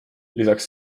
lisaks